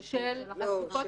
לא,